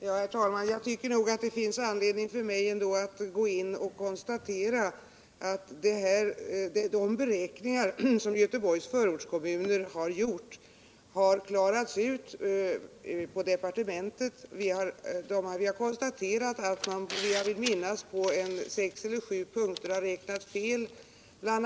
Herr talman! Jag tycker det finns anledning för mig att gå in och konstatera att vi inom departementet har klarat ut de beräkningar som Göteborgs förortskommuner gjort. Vi har konstaterat att man, jag vill minnas på sex eller sju punkter, räknat fel. BI.